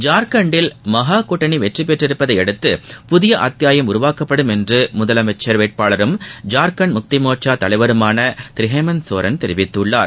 ஜார்க்கண்ட்டில் மகா கூட்டணி வெற்றி பெற்றுள்ளதையடுத்து புதிய அத்யாயம் உருவாக்கப்படும் என்று முதலமைச்சர் வேட்பாளரும் ஜார்க்கண்ட் முக்தி மோர்ச்சா தலைவருமான திரு ஹேமந்த் சோரன் தெரிவித்துள்ளார்